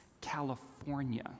California